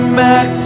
back